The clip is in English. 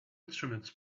instruments